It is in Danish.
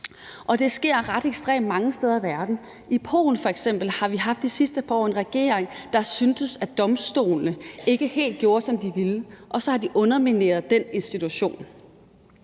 også på en ret ekstrem måde mange steder i verden. I f.eks. Polen har vi i de sidste par år haft en regering, der syntes, at domstolene ikke helt gjorde, som de ville, og så har de undermineret den institution.